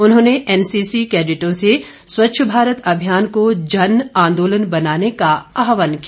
उन्होंने एनसीसी केडिटों से स्वच्छ भारत अभियान को जन आंदोलन बनाने का आहवान किया